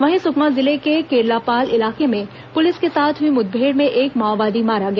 वहीं सुकमा जिले के केरलापाल इलाके में पुलिस के साथ हुई मुठभेड़ में एक माओवादी मारा गया